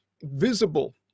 visible